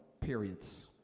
periods